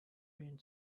been